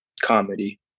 comedy